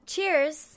Cheers